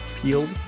peeled